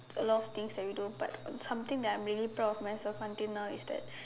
a lot of things that we don't but something that I'm really proud of myself until now is that